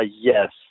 yes